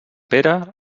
pere